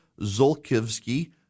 Zolkiewski